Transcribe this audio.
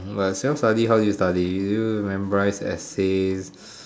self-study how do you study do you memorise essays